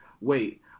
Wait